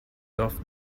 off